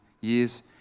years